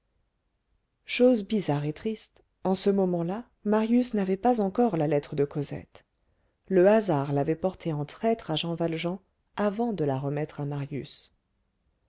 chose bizarre et triste en ce moment-là marius n'avait pas encore la lettre de cosette le hasard l'avait portée en traître à jean valjean avant de la remettre à marius